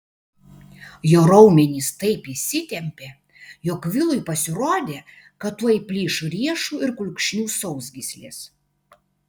jo raumenys taip įsitempė jog vilui pasirodė kad tuoj plyš riešų ir kulkšnių sausgyslės